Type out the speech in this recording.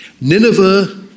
Nineveh